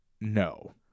no